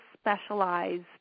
specialized